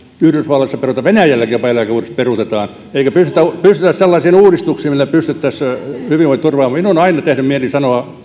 yhdysvalloissa peruutetaan jopa venäjälläkin eläkeuudistus peruutetaan eikä pystytä pystytä sellaisiin uudistuksiin millä pystyttäisiin hyvinvointi turvamaan minun on aina tehnyt mieli sanoa